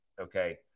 Okay